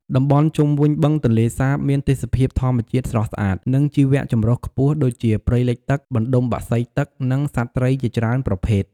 តំបន់ជុំវិញបឹងទន្លេសាបមានទេសភាពធម្មជាតិស្រស់ស្អាត និងជីវចម្រុះខ្ពស់ ដូចជា ព្រៃលិចទឹក បណ្តុំបក្សីទឹក និងសត្វត្រីជាច្រើនប្រភេទ។